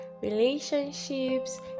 relationships